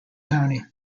county